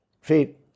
feet